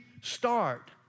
start